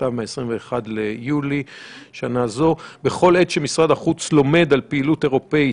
מכתב מ-21 ביולי שנה זו "בכל עת שמשרד החוץ לומד על פעילות אירופית,